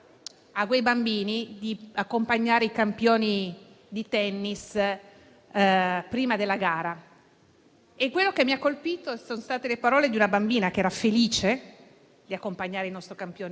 Grazie a